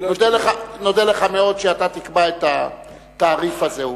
נודה לך מאוד אם אתה תקבע את התעריף הזה.